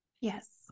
Yes